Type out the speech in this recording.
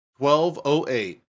1208